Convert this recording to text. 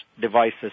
devices